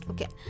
Okay